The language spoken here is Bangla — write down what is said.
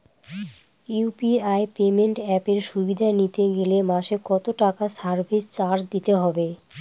ইউ.পি.আই পেমেন্ট অ্যাপের সুবিধা নিতে গেলে মাসে কত টাকা সার্ভিস চার্জ দিতে হবে?